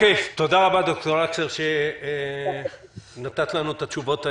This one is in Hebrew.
תודה רבה דוקטור לקסר, שנתת לנו את התשובות האלה.